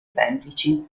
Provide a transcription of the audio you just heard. semplici